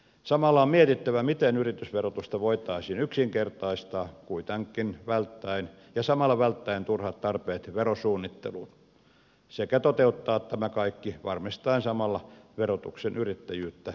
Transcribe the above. samalla on mietittävä miten yritysverotusta voitaisiin yksinkertaistaa välttäen turhat tarpeet verosuunnitteluun ja miten toteuttaa tämä kaikki varmistaen samalla verotuksen yrittäjyyttä innostava vaikutus